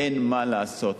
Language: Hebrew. אין מה לעשות,